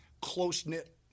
close-knit